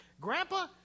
Grandpa